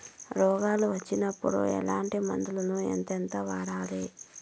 రోగాలు వచ్చినప్పుడు ఎట్లాంటి మందులను ఎంతెంత వాడాలి?